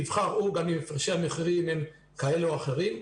יבחר הוא, גם אם הפרשי המחירים כאלה או אחרים.